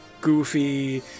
goofy